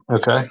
Okay